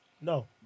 No